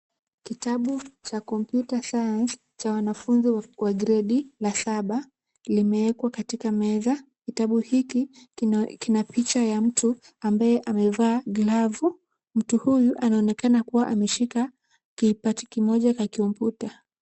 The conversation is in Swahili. Kitabu cha Computer Science cha wanafunzi wa gredi la saba limewekwa katika meza. Kitabu hiki kina picha ya mtu ambaye amevaa glavu. Mtu huyu anaonekana kuwa ameshika kipati kimoja cha kompyuta.